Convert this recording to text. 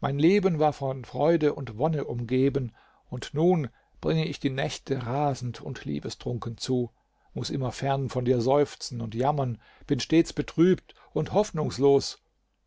mein leben war von freude und wonne umgeben und nun bringe ich die nächte rasend und liebestrunken zu muß immer fern von dir seufzen und jammern bin stets betrübt und hoffnungslos